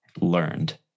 learned